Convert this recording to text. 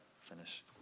finish